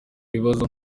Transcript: bibazo